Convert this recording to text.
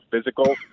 physical